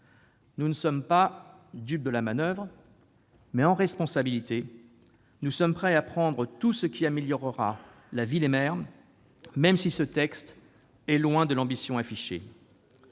Nous ne sommes pas dupes de la manoeuvre, mais, en responsabilité, nous sommes prêts à prendre tout ce qui améliorera la vie de ces élus, même si le projet de loi est loin de répondre à l'ambition affichée.